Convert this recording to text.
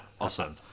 awesome